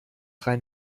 rein